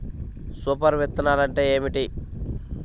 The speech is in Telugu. సూపర్ విత్తనాలు అంటే ఏమిటి?